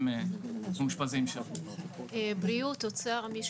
באיכות ובזמינות כמתחייב מהוראות חוק ביטוח בריאות ממלכתי".